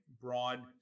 broad